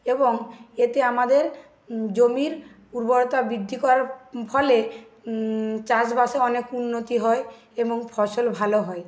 এবং এতে আমাদের জমির উর্বরতা বৃদ্ধি করার ফলে চাষবাসে অনেক উন্নতি হয় এবং ফসল ভালো হয়